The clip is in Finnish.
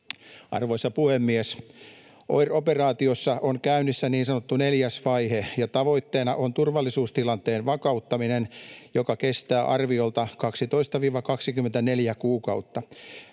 Arvoisa puhemies! OIR-operaatiossa on käynnissä niin sanottu neljäs vaihe, ja tavoitteena on turvallisuustilanteen vakauttaminen, joka kestää arviolta 12—24 kuukautta.